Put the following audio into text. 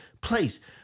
place